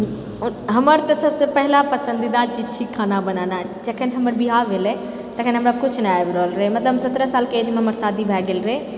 हमर तऽ सबसँ पहिला पसन्दीदा चीज छी खाना बनेनाइ जखनि हमर बिआह भेलै तखनि हमरा किछु नहि आबि रहल रहै मतलब हम सत्रह सालके एजमे हमर शादी भए गेल रहै